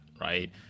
right